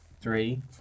Three